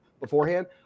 beforehand